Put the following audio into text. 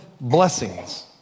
blessings